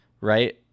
right